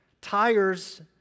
tires